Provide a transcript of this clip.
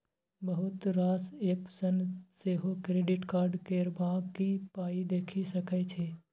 बहुत रास एप्प सँ सेहो क्रेडिट कार्ड केर बाँकी पाइ देखि सकै छी